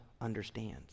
understands